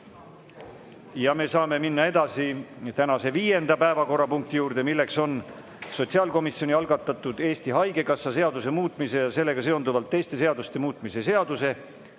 Ja me saame minna edasi tänase viienda päevakorrapunkti juurde. See on sotsiaalkomisjoni algatatud Eesti Haigekassa seaduse muutmise ja sellega seonduvalt teiste seaduste muutmise seaduse